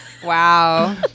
Wow